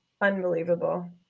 Unbelievable